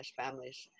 families